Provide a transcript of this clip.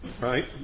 Right